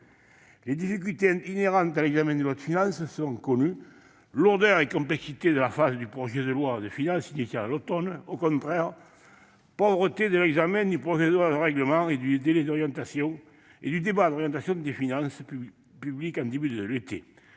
Les difficultés inhérentes à l'examen des lois de finances sont connues : lourdeur et complexité de la phase du projet de loi de finances initial à l'automne ; au contraire, pauvreté de l'examen du projet de loi de règlement et du débat d'orientation des finances publiques au début de l'été